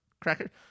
Cracker